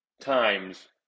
times